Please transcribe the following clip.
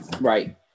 Right